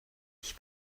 ich